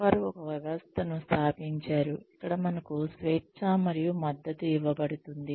వారు ఒక వ్యవస్థను స్థాపించారు ఇక్కడ మనకు స్వేచ్ఛ మరియు మద్దతు ఇవ్వబడుతుంది